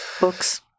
Books